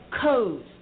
codes